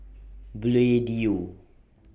Bluedio